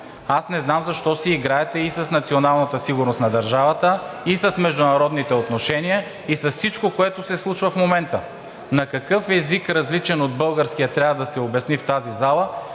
Аз не знам защо си играете и с националната сигурност на държавата, и с международните отношения, и с всичко, което се случва в момента? На какъв език, различен от българския, трябва да се обясни в тази зала